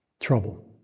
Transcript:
trouble